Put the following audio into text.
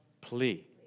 plea